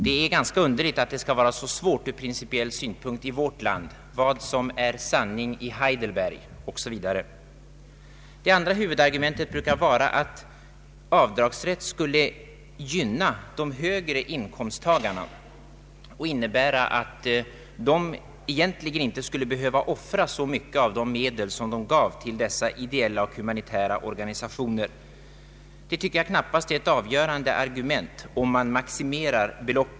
Det är ganska underligt att det skall vara så svårt från principiell synpunkt i vårt land. Vad som är sanning i Heidelberg, o. s. v. Det andra huvudargumentet brukar vara att avdragsrätten skulle gynna de högre inkomsttagarna och innebära att de egentligen inte skulle behöva offra så mycket av de medel som de gav till dessa ideella och humanitära organisationer. Det tycker jag knappast är ett avgörande argument, om beloppet maximeras.